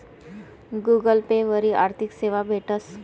Google Pay वरी आर्थिक सेवा भेटस